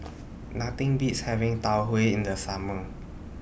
Nothing Beats having Tau Huay in The Summer